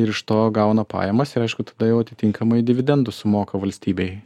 ir iš to gauna pajamas ir aišku tada jau atitinkamai dividendus sumoka valstybei